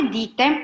dite